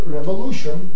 Revolution